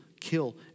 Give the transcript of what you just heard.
kill